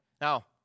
Now